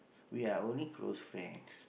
we are only close friends